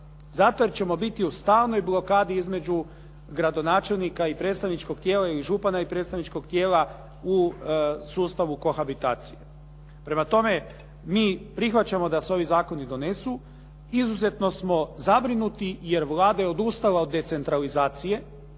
zato jer ćemo biti u stalnoj blokadi između gradonačelnika ili predstavničkog tijela ili župana ili predstavničkog tijela u sustavi kohabitacije. Prema tome, mi prihvaćamo da se ovi zakoni donesu, izuzetno smo zabrinuti, jer Vlada je odustala od decentralizacije,